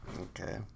Okay